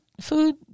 Food